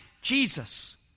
Jesus